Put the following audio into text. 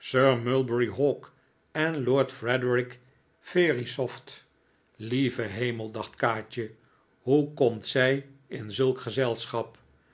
mulberry hawk en lord frederik verisopht lieve hemel dacht kaatje hoe komt zij in zulk gezelschap